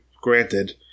granted